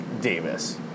Davis